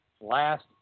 last